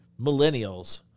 millennials